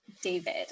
david